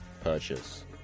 purchase